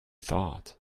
thought